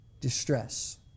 distress